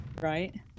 right